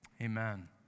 Amen